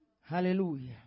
Hallelujah